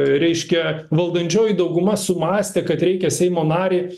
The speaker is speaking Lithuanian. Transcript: reiškia valdančioji dauguma sumąstė kad reikia seimo narį